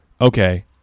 okay